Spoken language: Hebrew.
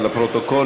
אבל לפרוטוקול,